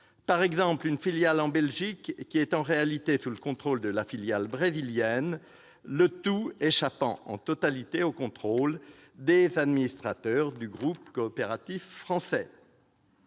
arrive qu'une filiale en Belgique soit en réalité sous le contrôle d'une filiale brésilienne, le tout échappant en totalité au contrôle des administrateurs du groupe coopératif français.